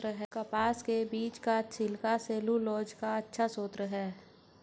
कपास के बीज का छिलका सैलूलोज का अच्छा स्रोत है